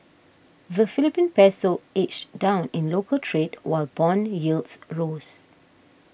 the Philippine Peso edged down in local trade while bond yields rose